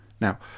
Now